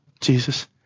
Jesus